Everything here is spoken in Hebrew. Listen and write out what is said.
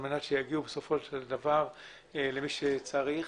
מנת שבסופו של דבר יגיעו למי שצריך אותו.